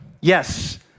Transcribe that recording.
yes